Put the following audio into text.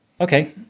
Okay